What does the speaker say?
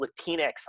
Latinx